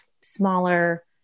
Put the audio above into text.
smaller